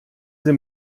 sie